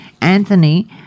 Anthony